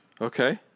Okay